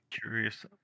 curious